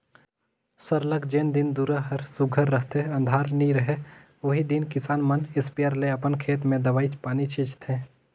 सरलग जेन दिन दुरा हर सुग्घर रहथे अंधार नी रहें ओही दिन किसान मन इस्पेयर ले अपन खेत में दवई पानी छींचथें